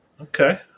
Okay